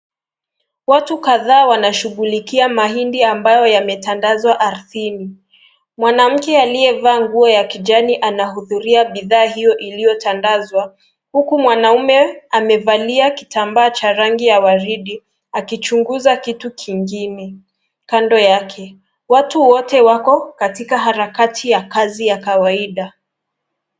Watu kadhaa wanashughulikia mahindi ambayo yametandazwa ardhini. Mwanamke aliyevaa nguo ya kijani anahudhuria bidhaa hiyo iliyotandazwa huku mwanaume amevalia kitambaa cha rangi ya waridi, akichunguza kitu kingine. Kando yake, watu wote wako katika harakati ya kazi ya kawaida.